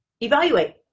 Evaluate